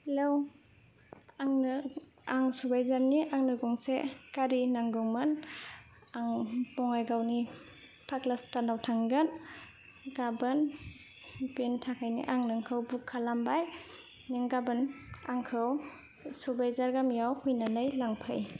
hello आंनो आं सुबायजारनि आंनो गंसे गारि नांगौमोन आं बङाइगावनि पागलास्टानाव थांगोन गाबोन बेनि थाखायनो आं नोंखौ बुक खालामबाय नों गाबोन आंखौ सुबायजार गामिआव फैनानै लांफै